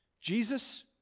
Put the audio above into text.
Jesus